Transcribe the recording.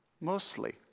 mostly